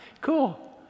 Cool